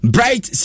Bright